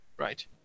right